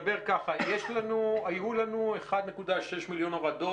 היו לנו 1.6 מיליון הורדות.